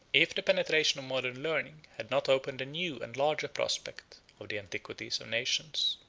if the penetration of modern learning had not opened a new and larger prospect of the antiquities of nations.